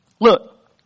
Look